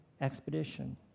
expedition